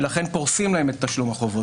ולכן פורסים להם את תשלום החובות.